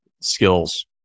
skills